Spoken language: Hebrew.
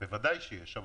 בוודאי שיש.